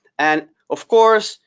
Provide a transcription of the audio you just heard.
and of course,